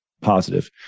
positive